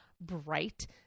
bright